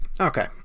okay